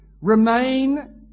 Remain